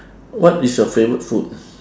what is your favourite food